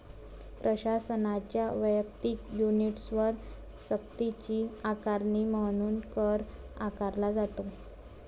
प्रशासनाच्या वैयक्तिक युनिट्सवर सक्तीची आकारणी म्हणून कर आकारला जातो